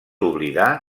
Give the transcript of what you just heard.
oblidar